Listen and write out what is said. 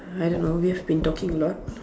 I don't know we have been talking a lot